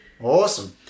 Awesome